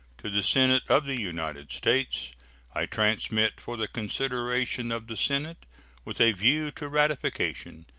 to the senate of the united states i transmit, for the consideration of the senate with a view to ratification,